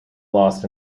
lost